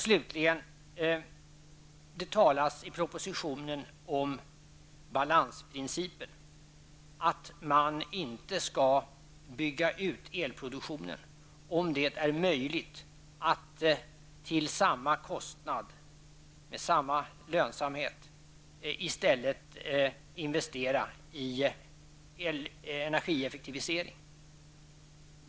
Slutligen: I propositionen talas det om balansprincipen, som innebär att man inte skall bygga ut elproduktionen om det i stället är möjligt att till samma kostnad och med samma lönsamhet investera i energieffektivisering.